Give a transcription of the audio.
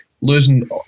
losing